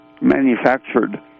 manufactured